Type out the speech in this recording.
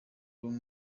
bari